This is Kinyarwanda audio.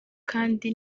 kandi